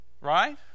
Right